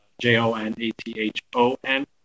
J-O-N-A-T-H-O-N